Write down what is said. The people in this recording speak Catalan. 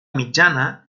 mitjana